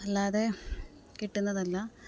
അല്ലാതെ കിട്ടുന്നതല്ല